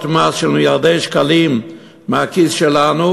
מס של מיליארדי שקלים מהכיס שלנו,